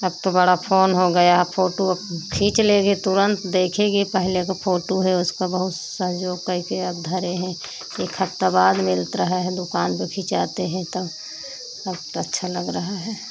अब तो बड़ा फोन हो गया अब फोटू अब खींच लेंगे तुरन्त देखेगे पहले क्या फोटू है उसका बहुत सहजोग कइ के अब धरे हैं एक हफ्ता बाद मिल्त रहा है दुकान पर खिंचाते हैं तो अब तो अच्छा लग रहा है